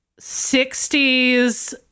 60s